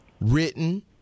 written